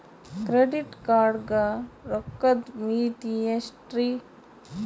Credit card ಗ ರೋಕ್ಕದ್ ಮಿತಿ ಎಷ್ಟ್ರಿ?